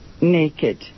naked